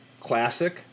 Classic